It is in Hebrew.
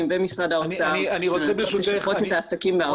ומשרד האוצר לשפות את העסקים בארנונה.